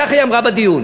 ככה היא אמרה בדיון.